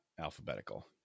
alphabetical